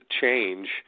change